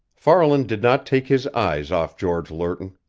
farland did not take his eyes off george lerton.